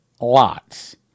lots